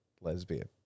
lesbian